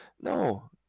no